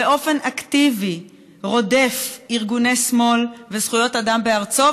באופן אקטיבי רודף ארגוני שמאל וזכויות אדם בארצו,